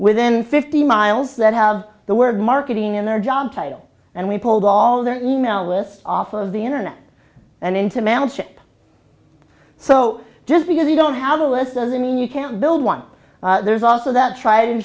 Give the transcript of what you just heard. within fifty miles that have the word marketing in their job title and we pulled all the email lists off of the internet and into mansion so just because you don't have a lesson i mean you can't build one there's also that tried and